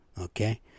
okay